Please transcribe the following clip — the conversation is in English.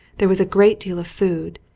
there was a great deal of food,